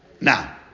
Now